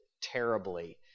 terribly